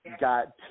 got